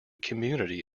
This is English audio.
community